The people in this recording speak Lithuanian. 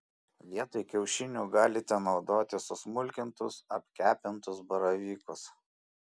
vietoj kiaušinių galite naudoti susmulkintus apkepintus baravykus